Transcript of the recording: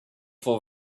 for